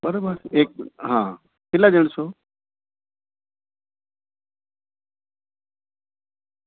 બરાબર એક હા કેટલા જણ છો